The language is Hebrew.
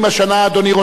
אדוני ראש הממשלה,